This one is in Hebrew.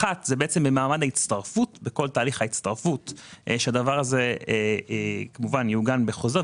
האחד, במעמד ההצטרפות, והדבר יעוגן בחוזר.